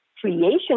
creation